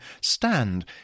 Stand